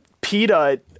PETA